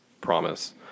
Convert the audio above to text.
promise